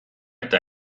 eta